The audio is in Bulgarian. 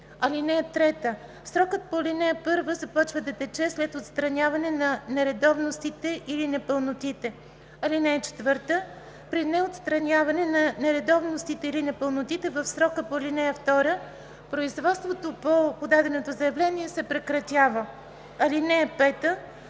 (3) Срокът по ал. 1 започва да тече след отстраняване на нередовностите или непълнотите. (4) При неотстраняване на нередовностите или непълнотите в срока по ал. 2 производството по подаденото заявление се прекратява. (5)